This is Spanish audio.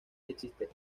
existe